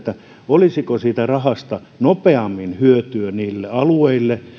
olisiko siitä rahasta nopeammin hyötyä niille alueille